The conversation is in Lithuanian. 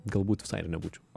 galbūt visai ir nebūčiau